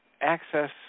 access